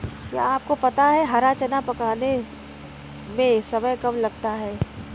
क्या आपको पता है हरा चना पकाने में समय कम लगता है?